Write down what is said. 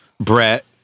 Brett